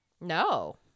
No